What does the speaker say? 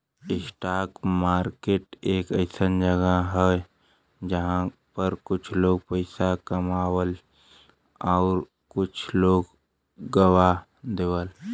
stock market एक अइसन जगह हौ जहां पर कुछ लोग पइसा कमालन आउर कुछ लोग गवा देलन